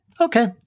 okay